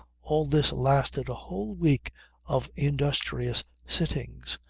all this lasted a whole week of industrious sittings.